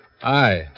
Hi